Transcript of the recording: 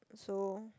so